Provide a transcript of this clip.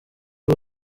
ari